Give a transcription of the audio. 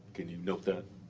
can you note that?